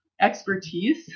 expertise